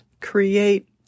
create